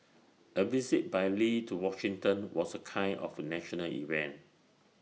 A visit by lee to Washington was A kind of national event